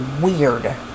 weird